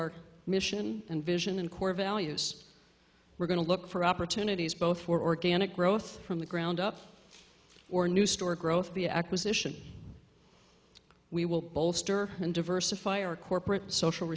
our mission and vision and core values we're going to look for opportunities both for organic growth from the ground up or new store growth the acquisition we will bolster and diversify our corporate social